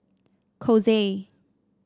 Kose